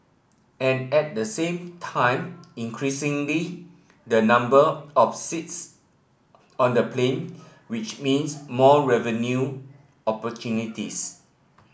and at the same time increasingly the number of seats on the plane which means more revenue opportunities